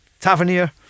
Tavernier